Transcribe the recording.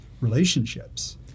relationships